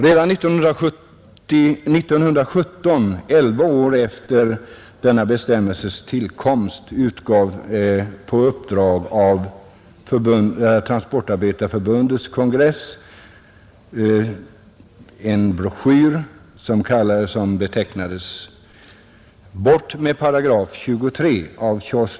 Redan 1917, elva år efter det bestämmelsen kom till, utgav på uppdrag av förbundets kongress Svenska transportarbetareförbundets dåvarande ordförande, Charles Lindley, en skrift med benämningen ”BORT MED 8 32”.